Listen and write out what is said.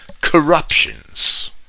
corruptions